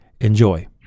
Enjoy